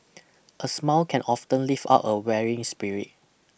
a smile can often lift up a weary spirit